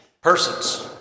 Persons